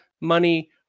money